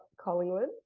Collingwood